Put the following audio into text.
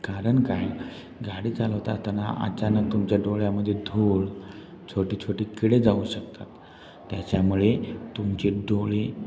कारण काय गाडी चालवत असताना अचानक तुमच्या डोळ्यामध्ये धूळ छोटे छोटे किडे जाऊ शकतात त्याच्यामुळे तुमचे डोळे